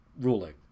ruling